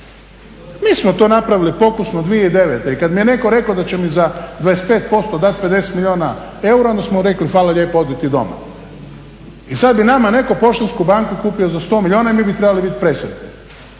Mi smo to napravili pokusno 2009. i kad mi je netko rekao da će mi za 25% dati 50 milijuna eura onda smo rekli hvala lijepa odi ti doma. I sad bi nama netko Poštansku banku kupio za 100 milijuna i mi bi trebali biti presretni?